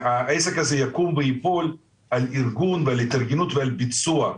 העסק הזה יקום וייפול על ארגון ועל התארגנות ועל ביצוע,